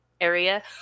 area